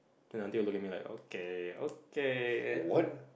the aunty will look at me like okay okay ya